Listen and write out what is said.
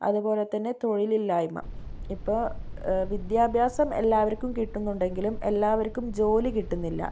അതുപോലെത്തന്നെ തൊഴിലില്ലായ്മ ഇപ്പോൾ വിദ്യാഭ്യാസം എല്ലാവർക്കും കിട്ടുന്നുണ്ടെങ്കിലും എല്ലാവർക്കും ജോലി കിട്ടുന്നില്ല